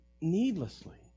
needlessly